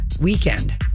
weekend